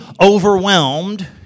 overwhelmed